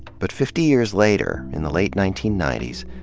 but fifty years later, in the late nineteen ninety s,